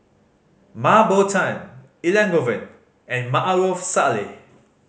Mah Bow Tan Elangovan and Maarof Salleh